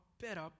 better